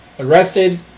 Arrested